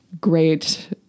great